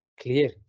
clear